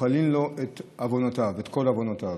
מוחלים לו את כל עוונותיו.